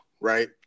Right